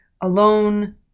alone